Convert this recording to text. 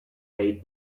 bade